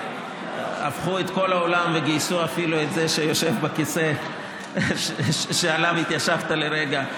שהפכו את כל העולם וגייסו אפילו את זה שיושב בכיסא שעליו התיישבת לרגע,